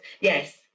Yes